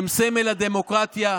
הן סמל הדמוקרטיה,